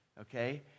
okay